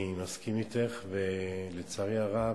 אני מסכים אתך, ולצערי הרב,